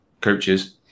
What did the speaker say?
coaches